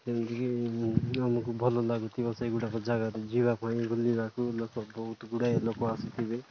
ଯେମିତିକି ଆମକୁ ଭଲ ଲାଗୁଥିବ ସେହିଗୁଡ଼ାକ ଜାଗାରେ ଯିବା ପାଇଁ ବୁଲିବାକୁ ଲୋକ ବହୁତ ଗୁଡ଼ାଏ ଲୋକ ଆସୁଥିବେ